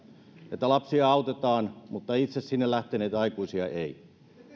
että lapsia autetaan mutta itse sinne lähteneitä aikuisia ei